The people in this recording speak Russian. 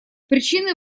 причины